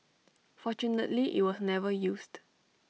fortunately IT was never used